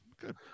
good